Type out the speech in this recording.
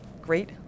great